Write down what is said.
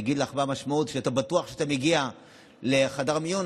והוא יגיד לך מה המשמעות כשאתה בטוח שכשאתה מגיע לחדר מיון,